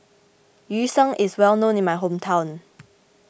Yu Sheng is well known in my hometown